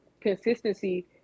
consistency